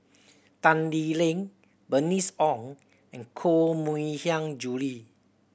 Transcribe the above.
Tan Lee Leng Bernice Ong and Koh Mui Hiang Julie